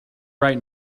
right